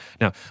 Now